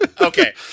Okay